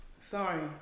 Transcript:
Sorry